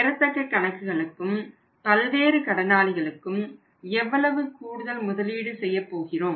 பெறத்தக்க கணக்குகளுக்கும் பல்வேறு கடனாளிகளுக்கும் எவ்வளவு கூடுதல் முதலீடு செய்யப் போகிறோம்